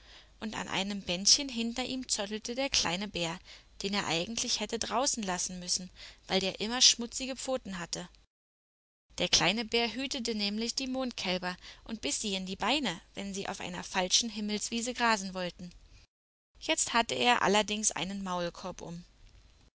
und an einem bändchen hinter ihm zottelte der kleine bär den er eigentlich hätte draußen lassen müssen weil der immer schmutzige pfoten hatte der kleine bär hütete nämlich die mondkälber und biß sie in die beine wenn sie auf einer falschen himmelswiese grasen wollten jetzt hatte er allerdings einen maulkorb um